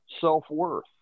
self-worth